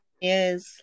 yes